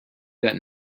that